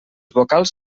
vocals